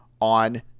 on